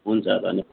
हुन्छ धन्यवाद